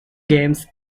games